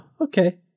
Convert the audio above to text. okay